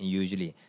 usually